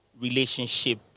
relationship